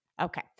Okay